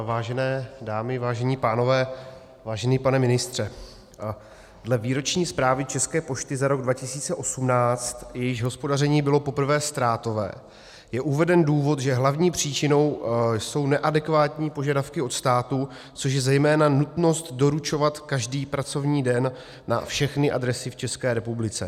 Vážené dámy, vážení pánové, vážený pane ministře, dle Výroční zprávy České pošty za rok 2018, jejíž hospodaření bylo poprvé ztrátové, je uveden důvod, že hlavní příčinou jsou neadekvátní požadavky od státu, což je zejména nutnost doručovat každý pracovní den na všechny adresy v České republice.